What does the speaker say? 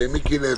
מיקי לוי.